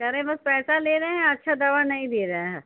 कह रहे हैं बस पैसा ले रहे हैं अच्छा दवा नहीं दे रहे हैं